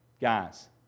Guys